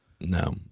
No